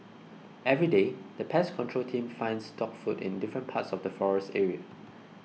everyday the pest control team finds dog food in different parts of the forest area